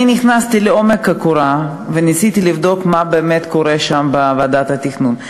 אני נכנסתי בעובי הקורה וניסיתי לבדוק מה באמת קורה שם בוועדת התכנון.